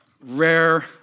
Rare